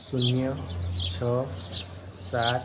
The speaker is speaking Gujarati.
શૂન્ય છ સાત